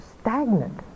stagnant